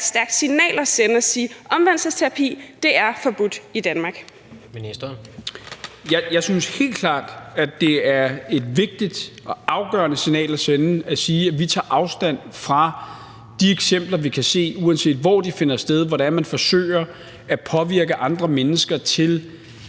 16:28 Ministeren for ligestilling (Peter Hummelgaard): Jeg synes helt klart, at det er et vigtigt og afgørende signal at sende at sige: Vi tager afstand fra de eksempler, vi kan se, uanset hvor de finder sted, og uanset hvordan man forsøger at påvirke andre mennesker til